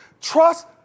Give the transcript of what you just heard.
Trust